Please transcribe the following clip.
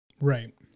Right